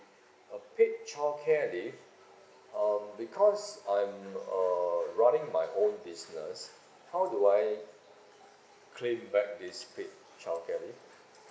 a paid childcare leave um because I'm err running my own business how do I claim back this paid childcare leave